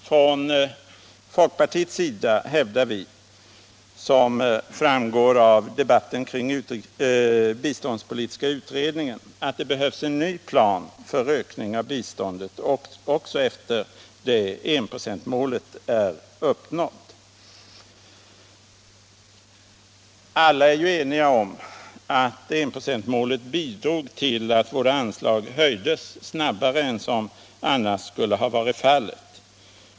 Från folkpartiets sida hävdar vi — vilket Internationellt utvecklingssamar framgår av debatten kring den biståndspolitiska utredningen — att det behövs en ny plan för ökning av biståndet också efter det att enprocentsmålet är uppnått. Alla är ju eniga om att enprocentsmålet bidrog till att våra anslag höjdes snabbare än vad som annars skulle ha varit fallet.